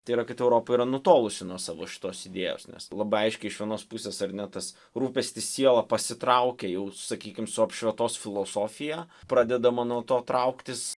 tai yra kad europa yra nutolusi nuo savo šitos idėjos nes labai aiškiai iš vienos pusės ar ne tas rūpestis siela pasitraukia jau sakykim su apšvietos filosofija pradedama nuo to trauktis